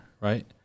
right